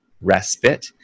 respite